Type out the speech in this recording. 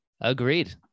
Agreed